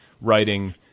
writing